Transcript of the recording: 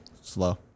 slow